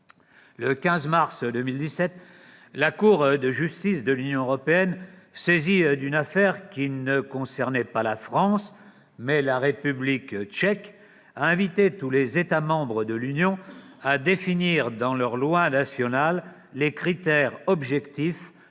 Le 15 mars 2017, la Cour de justice de l'Union européenne, la CJUE, saisie d'une affaire qui ne concernait pas la France, mais la République tchèque, a invité tous les États membres de l'Union à définir dans leur loi nationale les critères objectifs